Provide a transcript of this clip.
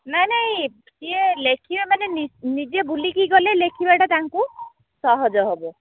ନାଇଁ ନାଇଁ ସିଏ ଲେଖିବା ମାନେ ନିଜେ ବୁଲିକି ଗଲେ ଲେଖିବାଟା ତାଙ୍କୁ ସହଜ ହବ